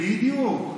בדיוק.